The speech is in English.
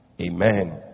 Amen